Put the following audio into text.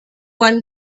one